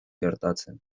gertatzen